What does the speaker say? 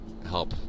Help